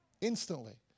instantly